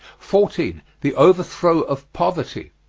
fourteen. the overthrow of poverty.